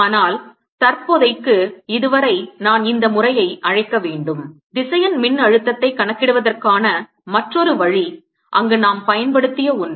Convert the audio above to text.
ஆனால் தற்போதைக்கு இதுவரை நான் இந்த முறையை அழைக்க வேண்டும் திசையன் மின்னழுத்தத்தைக் கணக்கிடுவதற்கான மற்றொரு வழி அங்கு நாம் பயன்படுத்திய ஒன்று